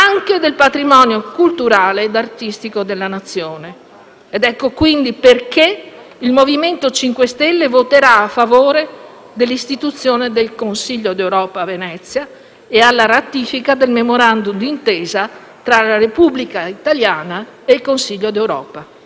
anche del patrimonio culturale ed artistico della Nazione. Ecco, quindi, perché il MoVimento 5 Stelle voterà a favore dell'istituzione dell'Ufficio del Consiglio d'Europa a Venezia ed alla ratifica del Memorandum d'intesa tra la Repubblica italiana e il Consiglio d'Europa.